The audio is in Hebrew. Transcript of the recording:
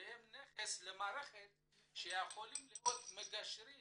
למערכת ויכולים להיות מגשרים